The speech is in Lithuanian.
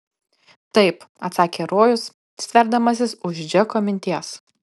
taip atsakė rojus stverdamasis už džeko minties